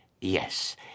Yes